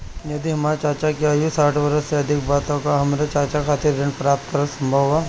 यदि हमर चाचा की आयु साठ वर्ष से अधिक बा त का हमर चाचा खातिर ऋण प्राप्त करल संभव बा